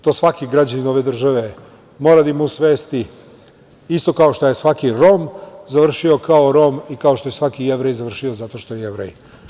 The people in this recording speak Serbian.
To svaki građanin ove države mora da ima u svesti, isto kao što je svaki Rom završio kao Rom i kao što je svaki Jevrej završio zato što je Jevrej.